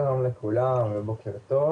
שלום לכולם ובוקר טוב.